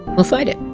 we'll fight it.